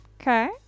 okay